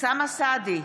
אוסאמה סעדי,